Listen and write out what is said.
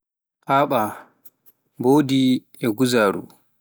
Faɓa, mbodi e guzaaru